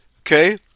Okay